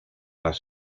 las